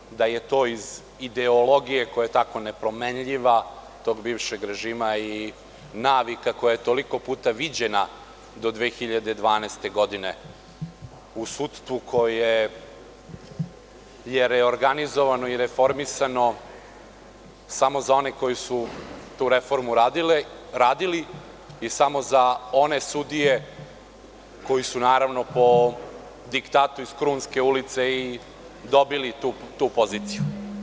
Verujem da je to iz ideologije koja je tako nepromenljiva, tog bivšeg režima, i navika koja je toliko puta viđena do 2012. godine u sudstvu koje je reorganizovano i reformisano samo za one koji su tu reformu radili i samo za one sudije koji su, naravno, po diktatu iz Krunske ulice i dobili tu poziciju.